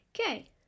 okay